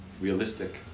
realistic